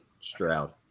Stroud